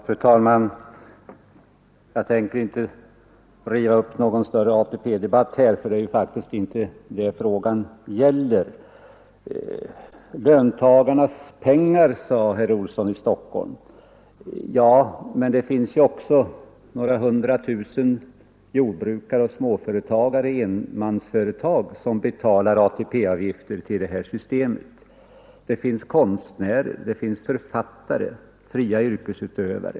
Fru talman! Jag tänker inte riva upp någon större ATP-debatt, för det är faktiskt inte det frågan gäller. Löntagarnas pengar, sade herr Olsson i Stockholm. Ja, men det finns ju också några hundratusen jordbrukare och småföretagare i enmansföretag som betalar ATP-avgifter till det här systemet, det finns konstnärer, författare och fria yrkesutövare.